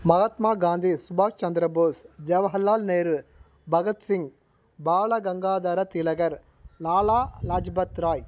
மகாத்மா காந்தி சுபாஷ் சந்திரபோஸ் ஜவஹர்லால் நேரு பகத்சிங் பாலகங்காதர திலகர் லாலா லாஜ்பத் ராய்